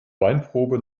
weinprobe